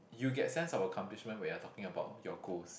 you get sense of accomplishment when you are talking about your goals